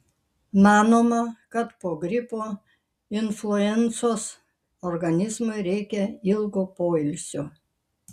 manoma kad po gripo influencos organizmui reikia ilgo poilsio